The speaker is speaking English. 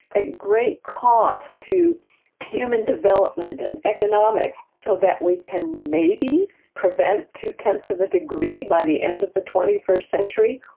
at great cost to human development and economics, so that we can maybe prevent two-tenths of a degree by the end of the twenty first century?